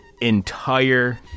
entire